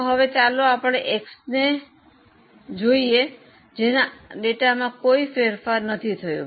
હવે ચાલો આપણે X ને જઈએ એના આંકડામાં કોઈ ફેરફાર નથી થયું